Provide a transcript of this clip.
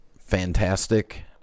fantastic